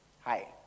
Hi